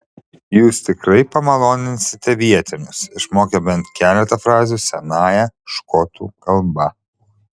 jūs tikrai pamaloninsite vietinius išmokę bent keletą frazių senąją škotų kalba